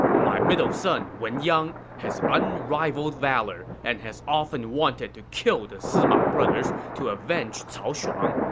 my middle son wen yang has unrivaled valor and has often wanted to kill the sima brothers to avenge cao shuang.